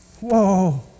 Whoa